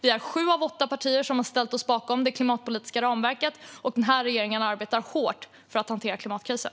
Det är sju av åtta partier som har ställt sig bakom det klimatpolitiska ramverket, och denna regering arbetar hårt för att hantera klimatkrisen.